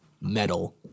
metal